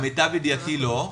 למיטב ידיעתי לא.